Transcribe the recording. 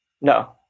No